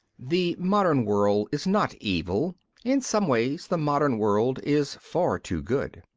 the modern world is not evil in some ways the modern world is far too good.